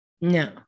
no